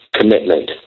commitment